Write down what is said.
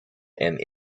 and